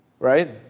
right